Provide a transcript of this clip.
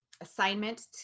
assignment